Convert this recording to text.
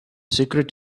secret